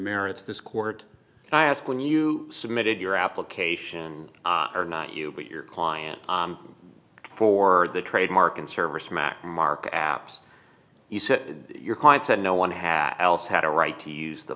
merits this court i ask when you submitted your application or not you but your client for the trademark and service mac mark apps you said your client said no one had else had a right to use the